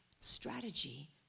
Strategy